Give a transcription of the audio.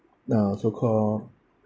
uh so-called